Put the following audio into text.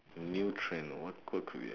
new trend what good create